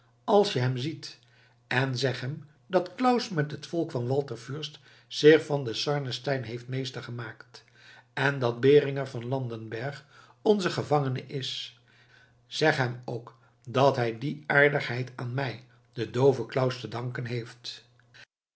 als je hem ziet en zegt hem dat claus met het volk van walter fürst zich van den sarnenstein heeft meester gemaakt en dat beringer van landenberg onze gevangene is zeg hem ook dat hij die aardigheid aan mij den dooven claus te danken heeft